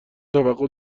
توقع